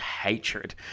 hatred